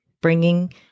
bringing